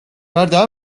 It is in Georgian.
გარდა